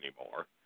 anymore